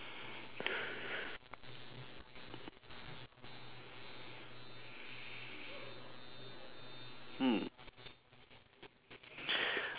mm